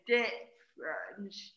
difference